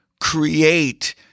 create